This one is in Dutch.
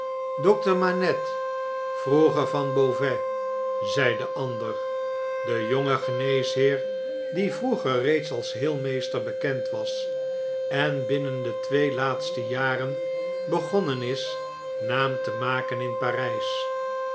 dokter manette vroeger van beau vais zei de ander de jonge geneesheer die vroeger reeds als heelmeester bekend was enbinnen de twee laatste jaren begonnen is naam te maken in p